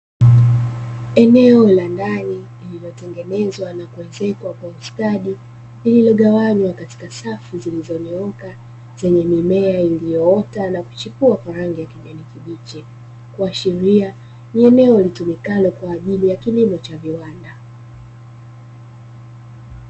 Eneo la ndani lililotengenezwa na kuezekwa kwa ustadi, lililogawanywa katika safu zilizonyooka zenye mimea iliyoota na kuchipua kwa rangi ya kijani kibichi, kuashiria ni eneo litumikalo kwa ajili ya kilimo cha viwanda.